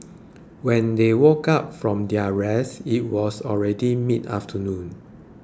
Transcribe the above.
when they woke up from their rest it was already mid afternoon